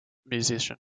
musician